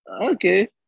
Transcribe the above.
Okay